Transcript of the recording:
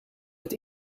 het